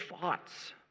thoughts